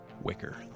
Wicker